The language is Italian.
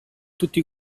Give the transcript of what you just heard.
tutti